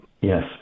Yes